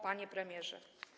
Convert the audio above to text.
Panie Premierze!